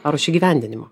ar už įgyvendinimo